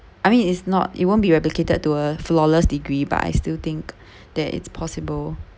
I mean it's not it won't be replicated to a flawless degree but I still think that it's possible